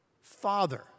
Father